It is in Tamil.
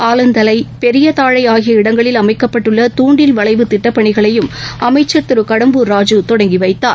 ஆலந்தலை பெரியதாழைஆகிய இடங்களில் அமைக்கப்பட்டுள்ள தூண்டில் வளைவு திட்டபணிகளையும் அமைச்சர் திருகடம்பூர் ராஜூ தொடங்கிவைத்தார்